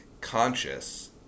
conscious